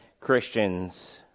Christians